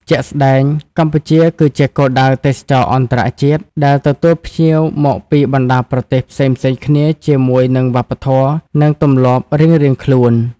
ជាក់ស្តែង កម្ពុជាគឺជាគោលដៅទេសចរណ៍អន្តរជាតិ ដែលទទួលភ្ញៀវមកពីបណ្តាប្រទេសផ្សេងៗគ្នាជាមួយនឹងវប្បធម៌ និងទម្លាប់រៀងៗខ្លួន។